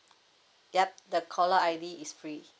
yup the caller I_D is free